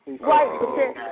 Right